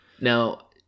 now